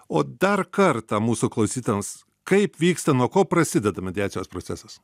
o dar kartą mūsų klausytojams kaip vyksta nuo ko prasideda mediacijos procesas